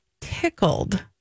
tickled